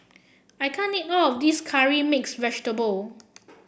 I can't eat all of this Curry Mixed Vegetable